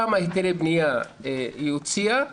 כמה היתרי בנייה היא הוציאה,